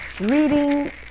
reading